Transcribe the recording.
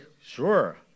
Sure